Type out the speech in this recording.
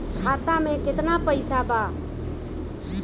खाता में केतना पइसा बा?